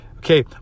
Okay